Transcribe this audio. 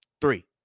Three